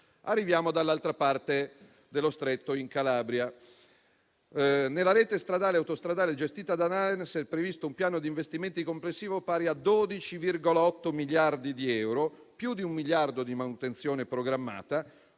Arriviamo dall'altra parte dello Stretto, in Calabria. Nella rete stradale e autostradale gestita da ANAS è previsto un piano di investimenti complessivo pari a 12,8 miliardi di euro, più di un miliardo di manutenzione programmata,